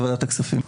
בוועדת הכספים.